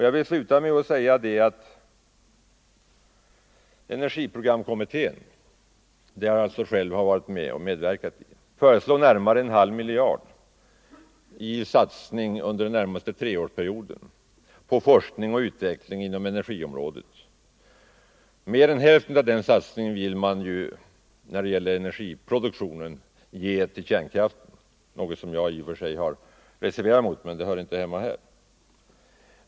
Jag vill avslutningsvis säga att energiprogramkommittén, som jag själv medverket i, föreslår att man satsar närmare en halv miljard under den närmaste treårsperioden på forskning och utveckling inom energiområdet. Mer än hälften av den satsningen vill man när det gäller energiproduktionen ge till kärnkraften, något som jag har reserverat mig mot, men debatten härom hör inte hemma här.